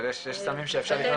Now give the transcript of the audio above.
אבל יש סמים שאפשר לקנות,